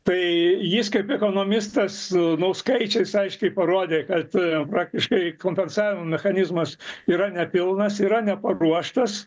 tai jis kaip ekonomistas nu skaičiais aiškiai parodė kad praktiškai kompensavimo mechanizmas yra nepilnas yra neparuoštas